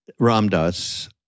Ramdas